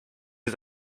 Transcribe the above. się